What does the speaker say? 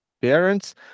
Parents